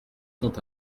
sont